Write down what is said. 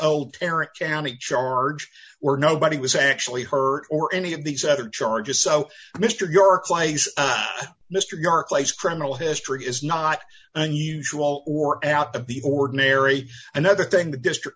old parent county charge where nobody was actually hurt or any of these other charges so mr york likes mr your place criminal history is not unusual or out of the ordinary another thing the district